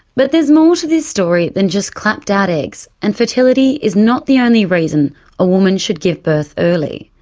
but there's more to this story than just clapped out eggs, and fertility is not the only reason a woman should give birth early.